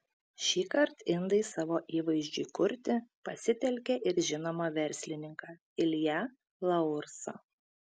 šįkart indai savo įvaizdžiui kurti pasitelkė ir žinomą verslininką ilją laursą